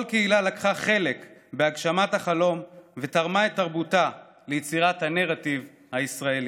כל קהילה לקחה חלק בהגשמת החלום ותרמה את תרבותה ליצירת הנרטיב הישראלי.